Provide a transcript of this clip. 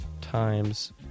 times